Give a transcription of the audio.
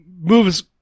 moves